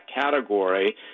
category